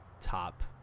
top